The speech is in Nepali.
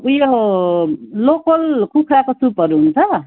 उयो लोकल कुखुराको सुपहरू हुन्छ